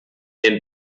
den